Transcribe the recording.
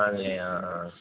അണല്ലേ ആ ആ